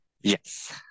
yes